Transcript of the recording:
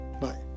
Bye